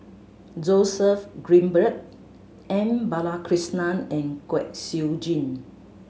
Joseph Grimberg M Balakrishnan and Kwek Siew Jin